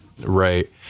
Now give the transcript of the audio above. Right